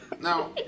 Now